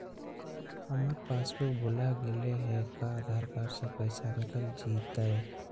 हमर पासबुक भुला गेले हे का आधार कार्ड से पैसा निकल जितै?